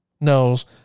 knows